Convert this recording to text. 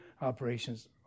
operations